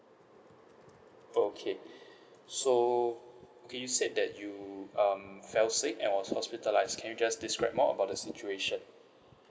okay so okay you said that you um fell sick and was hospitalized can you just describe more about the situation